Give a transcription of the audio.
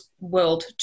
world